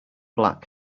black